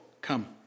come